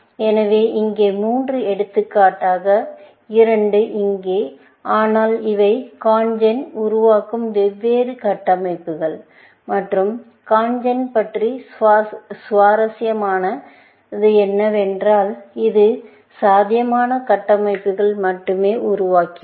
எனவே இங்கே 3 எடுத்துக்காட்டாக 2 இங்கே ஆனால் இவை CONGEN உருவாக்கும் வெவ்வேறு கட்டமைப்புகள் மற்றும் CONGEN பற்றி சுவாரஸ்யமானது என்னவென்றால் இது சாத்தியமான கட்டமைப்புகளை மட்டுமே உருவாக்கியது